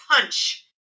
punch